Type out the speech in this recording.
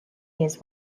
his